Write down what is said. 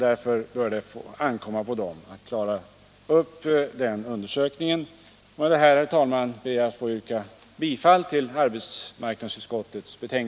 Därför bör det få ankomma på den att klara av undersökningen. Med detta, herr talman, ber jag att få yrka bifall till arbetsmarknadsutskottets betänkande.